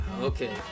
okay